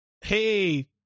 hey